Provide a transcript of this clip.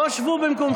בואו, שבו במקומכם.